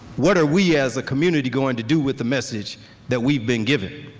what are we as a community going to do with the message that we've been given?